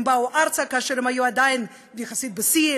שבאו ארצה כאשר הם היו עדיין יחסית בשיא,